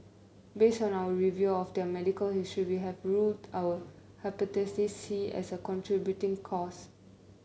based on our review of their medical histories we have ruled out Hepatitis C as a contributing cause